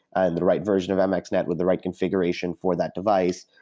and the right version of and mxnet with the right configuration for that device,